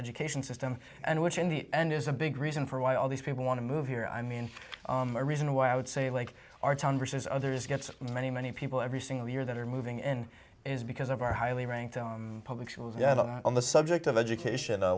education system and which in the end is a big reason for why all these people want to move here i mean a reason why i would say like our town versus others get so many many people every single year that are moving in is because of our highly ranked public schools yeah on the subject of education